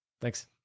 Thanks